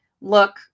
look